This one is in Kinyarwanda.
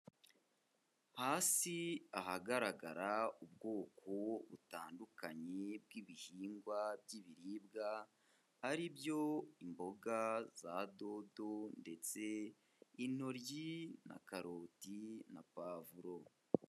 Hasi ahagaragara ubwoko butandukanye bw'ibihingwa by'ibiribwa, ari byo imboga za dodo ndetse intoryi na karoti na pavuro.